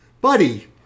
buddy